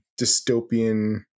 dystopian